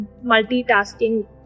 multitasking